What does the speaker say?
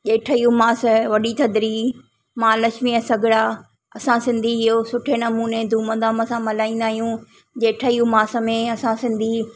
जेठई उमास आहे वॾी थदरी महालक्ष्मी जा सगड़ा असां सिंधी इहो सुठे नमूने धूम धाम सां मल्हाईंदा आहियूं जेठई उमास में असां सिंधी